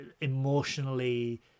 emotionally